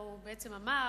הוא בעצם אמר,